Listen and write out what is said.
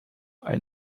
ein